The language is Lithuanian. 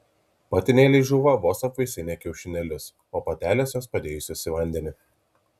patinėliai žūva vos apvaisinę kiaušinėlius o patelės juos padėjusios į vandenį